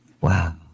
Wow